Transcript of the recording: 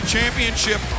Championship